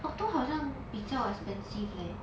auto 好像比较 expensive leh